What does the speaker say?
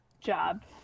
job